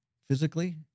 physically